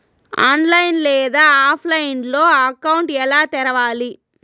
online లేదా ఆఫ్లైన్లో account ఎలా తెరవాలి